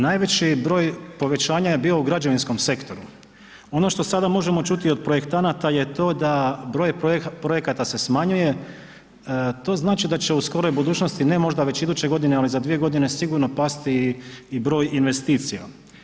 Najveći broj povećanja je bio u građevinskom sektoru, ono što sada možemo čuti i od projektanata je to da broj projekata se smanjuje, to znači da će u skoroj budućnosti, ne možda već iduće godine, ali za 2.g. sigurno pasti i broj investicija.